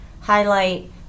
highlight